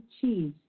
cheese